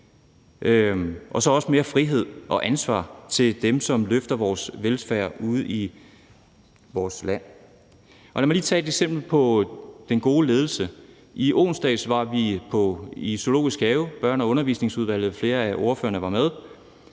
og mere frihed og ansvar til dem, som løfter vores velfærd ude i landet. Lad mig lige tage et eksempel på den gode ledelse: I onsdags var Børne- og Undervisningsudvalget i Zoologisk Have, og flere af ordførerne var med.